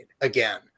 again